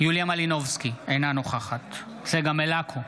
יוליה מלינובסקי, אינה נוכחת צגה מלקו,